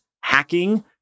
hacking